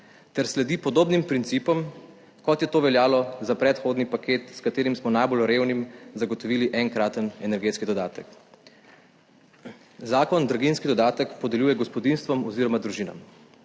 ter sledi podobnim principom, kot je to veljalo za predhodni paket, s katerim smo najbolj revnim zagotovili enkraten energetski dodatek. Zakon draginjski dodatek podeljuje gospodinjstvom oziroma družinam.